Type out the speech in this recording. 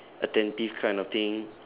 attentive kind of thing